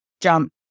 jump